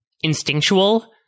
instinctual